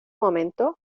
momento